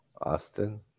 Austin